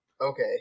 Okay